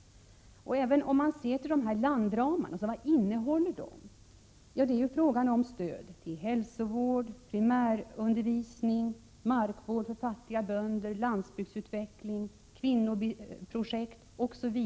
Vad innehåller dessa landramar? Jo, det är fråga om stöd till hälsovård, primärundervisning, markvård för fattiga bönder, landsbygdsutveckling, kvinnoprojekt m.m.